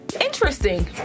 interesting